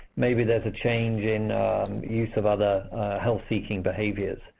maybe there's a change in use of other health-seeking behaviors,